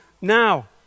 now